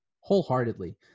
wholeheartedly